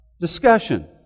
discussion